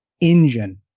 engine